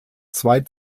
zwei